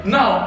Now